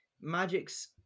magic's